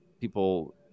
people